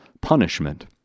punishment